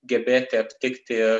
gebėti aptikti